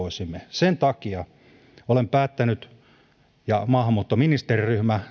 sen takia olen päättänyt ja maahanmuuton ministeriryhmä tänään että me aloitamme